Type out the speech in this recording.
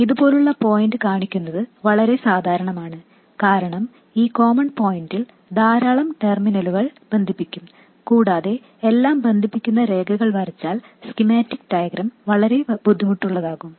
ഇതുപോലുള്ള പോയിന്റ് കാണിക്കുന്നത് വളരെ സാധാരണമാണ് കാരണം ഈ കോമൺ പോയിന്റിൽ ധാരാളം ടെർമിനലുകൾ ബന്ധിപ്പിക്കും കൂടാതെ എല്ലാം ബന്ധിപ്പിക്കുന്ന രേഖകൾ വരച്ചാൽ സ്കീമാറ്റിക് ഡയഗ്രം വളരെ ബുദ്ധിമുട്ടുള്ളതാകും